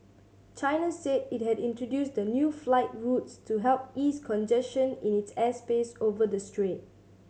China said it had introduced the new flight routes to help ease congestion in its airspace over the strait